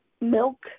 milk